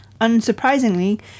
Unsurprisingly